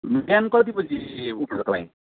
बिहान कति बजी उठ्छ क्लाइन्ट